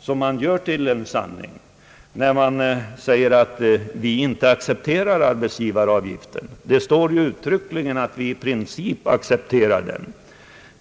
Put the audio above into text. som man gör till en sanning, när man säger att vi inte accepterar arbetsgivaravgiften. Det står ju uttryckligen att vi i princip accepterar den.